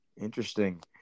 Interesting